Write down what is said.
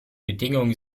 bedingungen